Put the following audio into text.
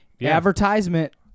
Advertisement